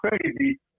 crazy